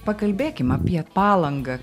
pakalbėkim apie palangą